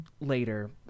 later